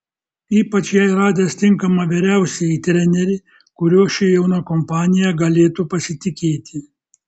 ypač jai radęs tinkamą vyriausiąjį trenerį kuriuo ši jauna kompanija galėtų pasitikėti